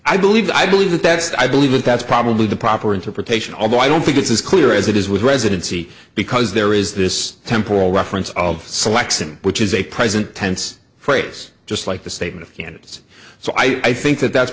i believe i believe that that's i believe that that's probably the proper interpretation although i don't think it's as clear as it is with residency because there is this temporal reference of selection which is a present tense phrase just like the statement a few minutes so i think that that's